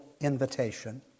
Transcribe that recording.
invitation